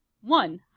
One